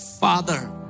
Father